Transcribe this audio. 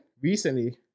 recently